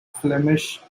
flemish